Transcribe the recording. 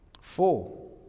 Four